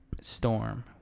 Storm